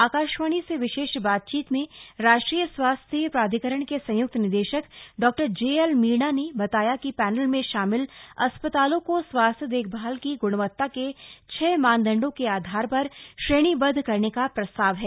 आकाशवाणी से विशेष बातचीत में राष्ट्रीय स्वास्थ्य प्राधिकरण के संयुक्त निदेशक डॉक्टर जे एल मीणा ने बताया कि पैनल में शामिल अस्पतालों को स्वास्थ्य देशभाल की ग्णवत्ता के छह मानदंडों के आधार पर श्रेणीबद्ध करने का प्रस्ताव है